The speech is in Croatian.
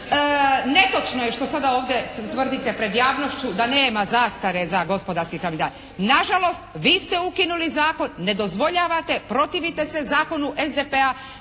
netočno je što sada ovdje tvrdite pred javnošću da nema zastare za gospodarski …/Govornica se ne razumije./… Na žalost vi ste ukinuli zakon, ne dozvoljavate, protivite se zakonu SDP-a